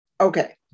Okay